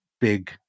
big